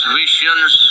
visions